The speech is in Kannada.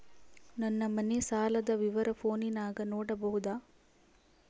ನನ್ನ ಮನೆ ಸಾಲದ ವಿವರ ಫೋನಿನಾಗ ನೋಡಬೊದ?